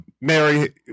Mary